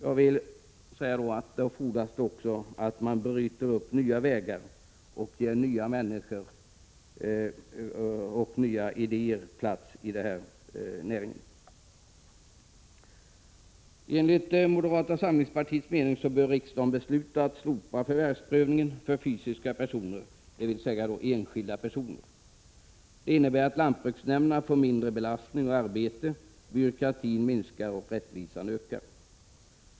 Men då fordras det att man också bryter nya vägar och ger plats för nya människor och nya idéer i näringen. Enligt moderata samlingspartiets mening bör riksdagen besluta att slopa förvärvsprövningen för fysiska personer, dvs. enskilda personer. Det skulle innebära att lantbruksnämnderna fick en mindre arbetsbelastning, att byråkratin minskade och att rättvisan ökade.